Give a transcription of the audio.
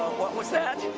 what was that,